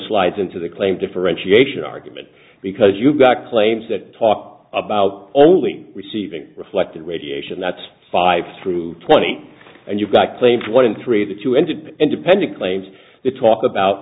slides into the claim differentiation argument because you've got claims that talk about only receiving reflected radiation that's five through twenty and you've got claims one in three that you entered and depended claims that talk about